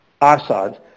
Assad